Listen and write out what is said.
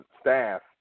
staff